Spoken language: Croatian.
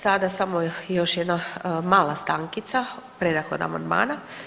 Sada samo još jedna mala stankica, predah od amandmana.